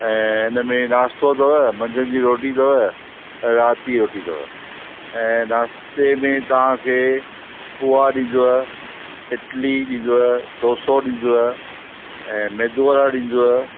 ऐं इन में नाश्तो अथव मंझदि जी रोटी अथव त राति जी रोटी अथव ऐं नाश्ते में तव्हां खे पोहा ॾींदव इडली ॾींदव डोसो ॾींदव ऐं मेंदू वड़ा ॾींदव